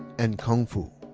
and kung fu.